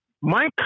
Mike